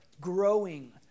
growing